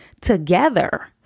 together